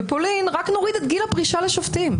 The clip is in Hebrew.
בפולין רק נוריד את גיל הפרישה לשופטים.